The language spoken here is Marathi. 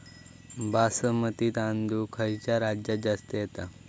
बासमती तांदूळ खयच्या राज्यात जास्त येता?